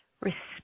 respect